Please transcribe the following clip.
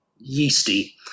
yeasty